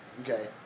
Okay